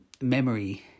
memory